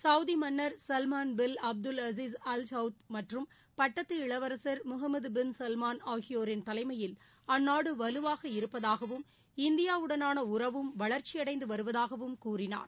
Saudi மன்னர் Salman bin Abdul Aziz Al Saud மற்றும் பட்டத்து இளவரசர் முகமது பின் சல்மான் ஆகியோரின் தலைமயில் அந்நாடு வலுவாக இருப்பதாகவும் இந்தியாவுடனான உறவும் வளர்ச்சியடைந்து வருவதாகவும் கூறினார்